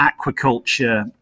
aquaculture